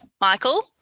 Michael